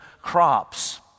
crops